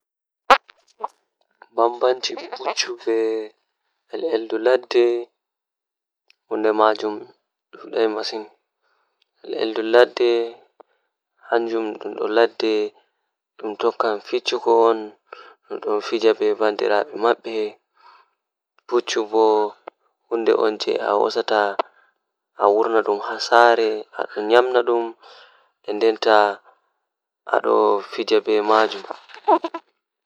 Ah Taarihi ɗum belɗum ɗum boɗɗum bo masin History waawi hokkata moƴƴi e ɓe waɗtudee, ɓe waawataa faami noyiɗɗo e nder laawol. E ɗum woodi firtiimaaji moƴƴi ngam yeeyii laawol e soodun faa, hay ɓe waawataa ko aadee e ɓe waɗtude ngal noyiɗɗo. Ko tawa moƴƴi e history ngam tawti caɗeele e laawol fuɗɗi.